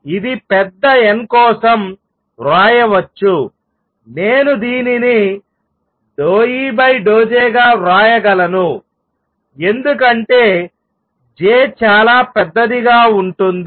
ఇది పెద్ద n కోసం వ్రాయవచ్చు నేను దీనిని ∂E∂J గా వ్రాయగలను ఎందుకంటే J చాలా పెద్దదిగా ఉంటుంది